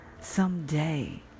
someday